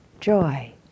joy